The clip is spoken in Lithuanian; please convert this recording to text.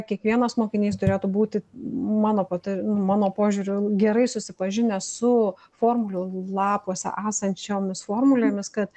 kiekvienas mokinys turėtų būti mano pata mano požiūriu gerai susipažinęs su formulių lapuose esančiomis formulėmis kad